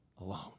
alone